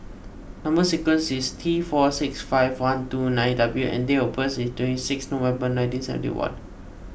Number Sequence is T four six five one two nine W and date of birth is twenty six November nineteen seventy one